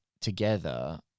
together